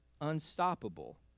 unstoppable